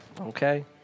Okay